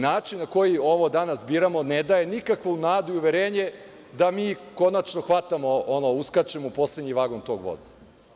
Način na koji ovo danas biramo ne daje nikakvu nadu i uverenje da mi konačno hvatamo, ono, uskačemo u poslednji vagon tog voza.